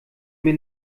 mir